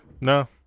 no